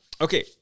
okay